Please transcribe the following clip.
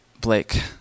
Blake